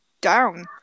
down